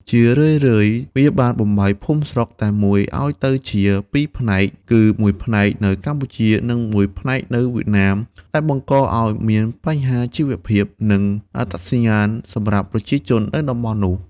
ជារឿយៗ វាបានបំបែកភូមិស្រុកតែមួយឱ្យទៅជាពីរផ្នែក គឺមួយផ្នែកនៅកម្ពុជា និងមួយផ្នែកនៅវៀតណាម ដែលបង្កឱ្យមានបញ្ហាជីវភាព និងអត្តសញ្ញាណសម្រាប់ប្រជាជននៅតំបន់នោះ។